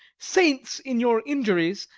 saints in your injuries,